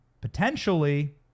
potentially